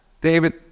david